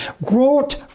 brought